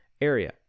area